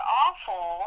awful